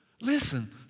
Listen